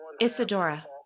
Isadora